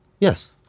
Yes